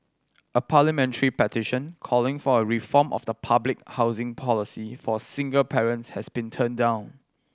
a parliamentary petition calling for a reform of the public housing policy for single parents has been turned down